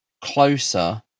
closer